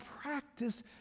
practice